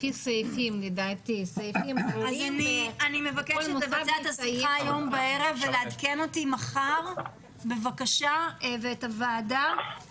אני מבקשת לעדכן אותי ואת הוועדה מחר,